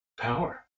power